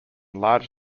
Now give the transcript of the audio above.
large